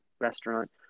restaurant